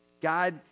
God